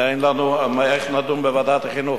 איך נדון בוועדת החינוך?